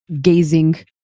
gazing